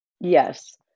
Yes